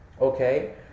okay